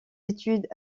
études